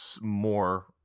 more